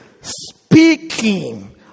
speaking